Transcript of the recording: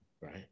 right